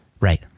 Right